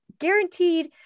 guaranteed